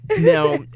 Now